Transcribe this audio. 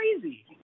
crazy